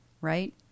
Right